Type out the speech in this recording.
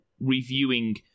reviewing